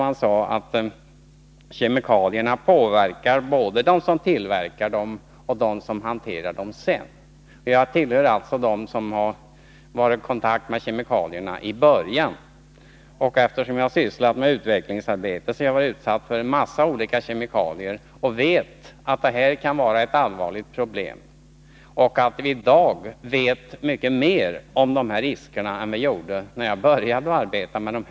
Han sade att kemikalierna påverkar både de människor som tillverkar dem och de människor som sköter vidarehanteringen. Jag tillhör den kategori som var i kontakt med kemikalierna från första början. Eftersom jag har sysslat med utvecklingsarbete, har jag utsatts för påverkan av en mängd kemikalier. Jag vet därför att det här utgör ett allvarligt problem. I dag vet vi mycket mera om riskerna än vi gjorde när arbetet med kemikalier påbörjades.